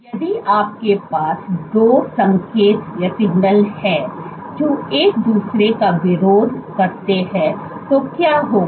यदि आपके पास दो संकेत हैं जो एक दूसरे का विरोध करते हैं तो क्या होगा